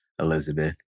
Elizabeth